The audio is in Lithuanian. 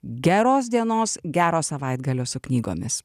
geros dienos gero savaitgalio su knygomis